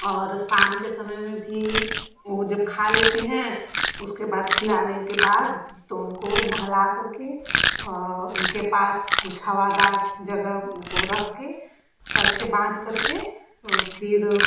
और शाम के समय में भी वे जब खा लेती हैं उसके बाद खिलाने के बाद तो उनको नहला करकर उनके पास कुछ हवादार जगह उनको रख कर करकर बांध करकर फिर